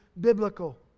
biblical